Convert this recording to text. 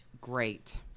Great